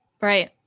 Right